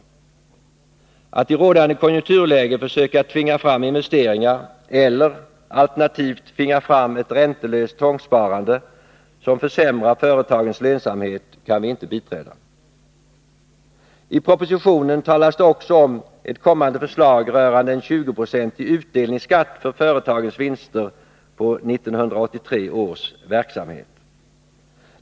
Vi kan inte biträda förslaget att i rådande konjunkturläge försöka tvinga fram investeringar, alternativt tvinga fram ett räntelöst tvångssparande, som försämrar företagens lönsamhet. I propositionen talas det också om ett kommande förslag rörande en tjugoprocentig utdelningsskatt för företagens vinster på 1983 års verksamhet.